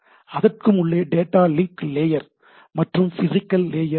அதற்கும் உள்ளே data link layer மற்றும் பிசிகல் லேயர் உள்ளது